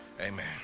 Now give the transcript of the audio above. Amen